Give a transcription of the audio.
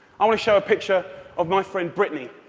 i want to show a picture of my friend brittany.